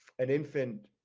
an infant